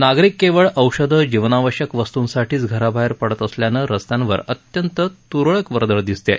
नागरिक केवळ औषधं जीवनावश्यक वस्तूंसाठीच घराबाहेर पडत असल्यानं रस्त्यांवर अत्यंत त्रळक वर्दळ दिसत आहे